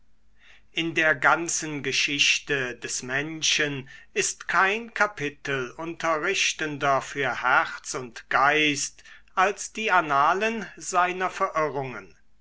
in der ganzen geschichte des menschen ist kein kapitel unterrichtender für herz und geist als die annalen seiner verirrungen